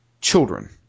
children